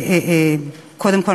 קודם כול,